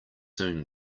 soon